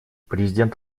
президент